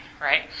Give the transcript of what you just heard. right